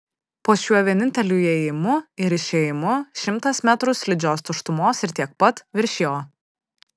po šiuo vieninteliu įėjimu ir išėjimu šimtas metrų slidžios tuštumos ir tiek pat virš jo